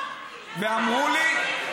ואמרו לי,